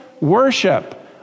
worship